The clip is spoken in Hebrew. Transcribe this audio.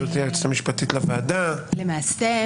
היועצת המשפטית לוועדה, רוצה להתייחס?